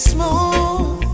Smooth